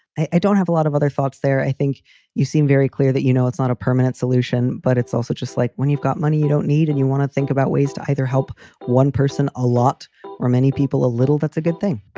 i don't have a lot of other thoughts there. i think you seem very clear that, you know, it's not a permanent solution, but it's also just like when you've got money you don't need and you want to think about ways to either help one person a lot or many people a little, that's a good thing.